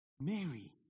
Mary